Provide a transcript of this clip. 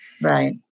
right